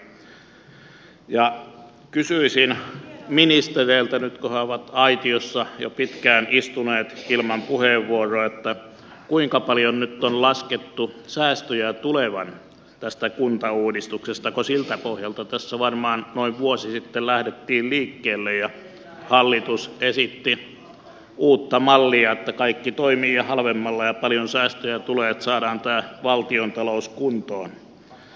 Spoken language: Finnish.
kysyisin ministereiltä nyt kun he ovat aitiossa jo pitkään istuneet ilman puheenvuoroa kuinka paljon nyt on laskettu säästöjä tulevan tästä kuntauudistuksesta koska siltä pohjalta tässä varmaan noin vuosi sitten lähdettiin liikkeelle ja hallitus esitti uutta mallia että kaikki toimii ja halvemmalla ja paljon säästöjä tulee että saadaan tämä valtiontalous kuntoon